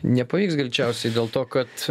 nepavyks greičiausiai dėl to kad